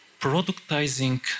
productizing